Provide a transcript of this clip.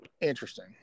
Interesting